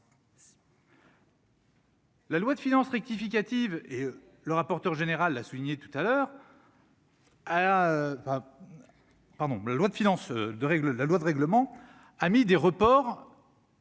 La loi de finances rectificative et le rapporteur général a souligné tout à l'heure. Pardon,